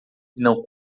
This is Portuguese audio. não